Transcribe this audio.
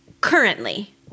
currently